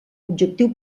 objectiu